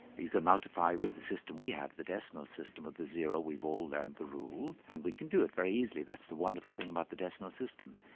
you can multiply with the system we have, the decimal system with the zero, we've all learnt the rule and we can do it very easily, that's the wonderful thing about the decimal system.